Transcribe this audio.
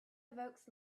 evokes